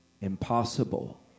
impossible